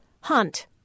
hunt